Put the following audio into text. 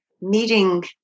meeting